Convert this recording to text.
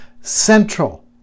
central